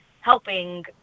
helping